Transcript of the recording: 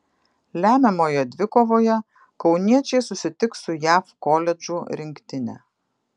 lemiamoje dvikovoje kauniečiai susitiks su jav koledžų rinktine